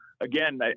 again